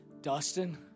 Dustin